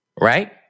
Right